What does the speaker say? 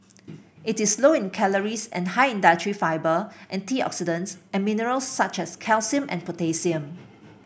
it is low in calories and high in dietary fibre antioxidants and minerals such as calcium and potassium